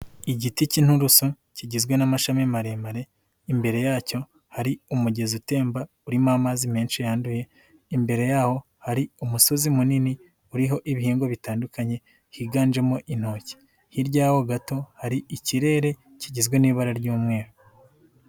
Igiti cy'inturusu kigizwe n'amashami maremare imbere yacyo hari umugezi utemba urimo amazi menshi yanduye, imbere yawo hari umusozi munini uriho ibihingwa bitandukanye higanjemo intoki, hirya yaho gato hari ikirere kigizwe n'ibara ry'umweru.